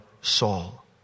Saul